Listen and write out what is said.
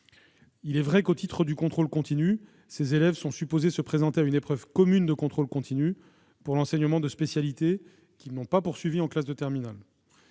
Il est vrai que, au titre du contrôle continu, ces élèves sont supposés se présenter à une épreuve commune pour l'enseignement de spécialité qu'ils n'ont pas poursuivi en classe de terminale.